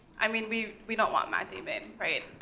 i mean, we we don't want matt damon, right?